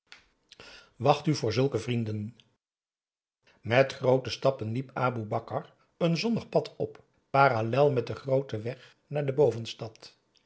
wacht u voor zulke vrienden met groote stappen liep aboe bakar een zonnig pad op parallel met den grooten weg naar de bovenstad